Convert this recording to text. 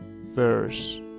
verse